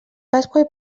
pasqua